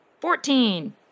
Fourteen